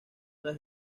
una